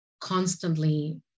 constantly